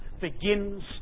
begins